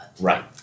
Right